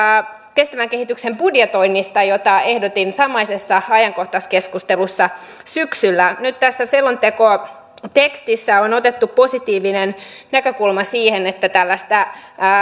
kestävän kehityksen budjetoinnista jota ehdotin samaisessa ajankohtaiskeskustelussa syksyllä nyt tässä selontekotekstissä on otettu positiivinen näkökulma siihen että tällaista